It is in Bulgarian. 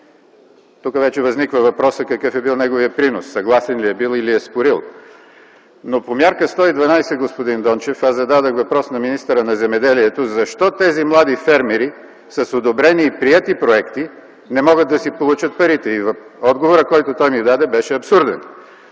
Тук възниква въпросът: какъв е бил неговият принос, съгласен ли е бил или е спорил? Господин Дончев, аз зададох въпрос на министъра на земеделието по мярка 112: защо тези млади фермери с одобрени и приети проекти не могат да си получат парите? Отговорът, който той ми даде, беше абсурден.